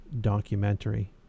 documentary